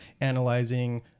analyzing